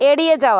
এড়িয়ে যাওয়া